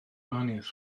gwahaniaeth